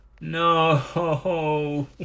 No